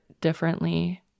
differently